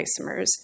isomers